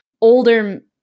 older